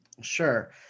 Sure